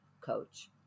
coach